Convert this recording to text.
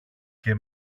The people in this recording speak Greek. και